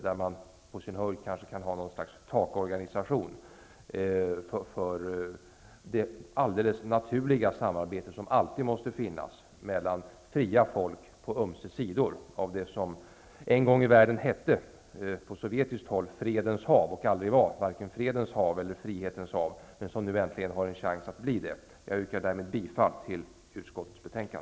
Men man kan på sin höjd kan ha något slags takorganisation för det alldeles naturliga samarbete som alltid måste finnas mellan fria folk på ömse sidor av det som en gång i världen på sovjetiskt håll hette Fredens hav, men som varken var fredens eller frihetens hav. Nu har Östersjön äntligen en chans att bli det. Jag yrkar därmed bifall till utskottets hemställan.